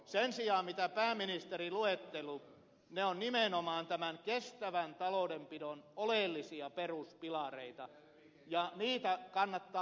sen sijaan ne mitä pääministeri luetteli ovat nimenomaan tämän kestävän taloudenpidon oleellisia peruspilareita ja niitä kannattaa ed